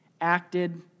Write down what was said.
acted